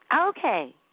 okay